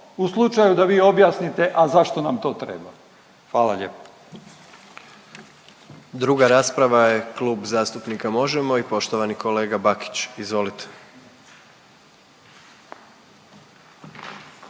u slučaju da vi objasnite a zašto nam to treba. Hvala lijepo. **Jandroković, Gordan (HDZ)** Druga rasprava je Klub zastupnika MOŽEMO i poštovani kolega Bakić. Izvolite.